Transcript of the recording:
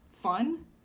Fun